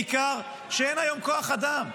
בעיקר כשאין היום כוח אדם,